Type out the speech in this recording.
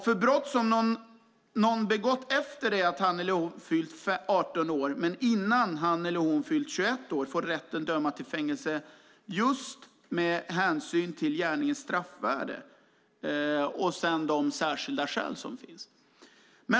För brott som någon begått efter det att han eller hon fyllt 18 men innan han eller hon fyllt 21 år får rätten döma till fängelse just med hänsyn till gärningens straffvärde och de särskilda skäl som finns.